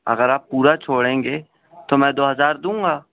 اگر آپ پورا چھوڑیں گے تو میں دو ہزار دوں گا